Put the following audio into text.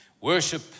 Worship